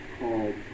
called